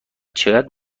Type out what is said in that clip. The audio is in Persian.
چقدر